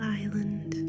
island